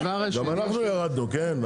גם אנחנו ירדנו כן?